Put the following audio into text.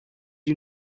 you